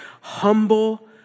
humble